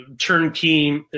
turnkey